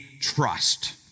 trust